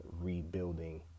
rebuilding